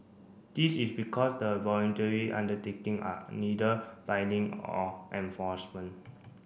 this is because the voluntary undertaking are neither binding or enforcement